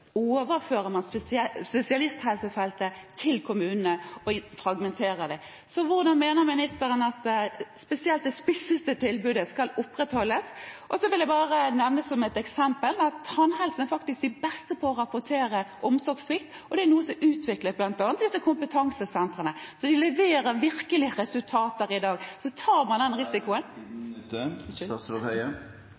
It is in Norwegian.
overfører man spesialisthelsefeltet til kommunene og fragmenterer det. Hvordan mener ministeren at spesielt det spisseste tilbudet skal opprettholdes? Jeg vil bare nevne som et eksempel at innen tannhelse er man faktisk de beste på å rapportere omsorgssvikt, og det er noe som er utviklet bl.a. i disse kompetansesentrene, så de leverer virkelig resultater i dag. Så tar man den risikoen…